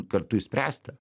kartu išspręsti